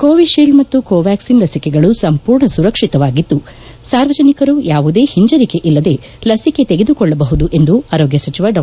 Covishield ಮತ್ತು ಕೋವ್ಯಾಕ್ಲಿನ್ ಲಸಿಕೆಗಳು ಸಂಪೂರ್ಣ ಸುರಕ್ಷಿತವಾಗಿದ್ದು ಸಾರ್ವಜನಿಕರು ಯಾವುದೇ ಹಿಂಜರಿಕೆ ಇಲ್ಲದೆ ಲಸಿಕೆ ತೆಗೆದುಕೊಳ್ಳಬಹುದು ಎಂದು ಆರೋಗ್ತ ಸಚಿವ ಡಾ